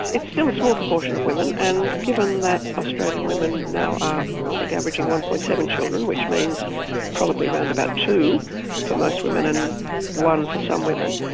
it's still a small proportion of women and given that australian women now are i think averaging one. seven children, which means probably around about two for most women and one for some women,